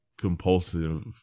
Compulsive